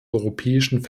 europäischen